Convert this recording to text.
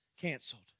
canceled